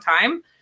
time